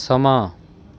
ਸਮਾਂ